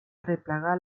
arreplegar